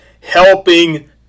helping